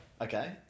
okay